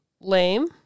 lame